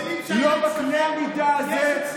לא בקנה המידה הזה,